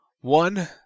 One